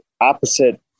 opposite